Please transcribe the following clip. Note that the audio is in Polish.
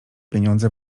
pieniądze